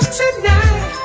tonight